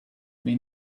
may